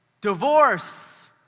divorce